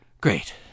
Great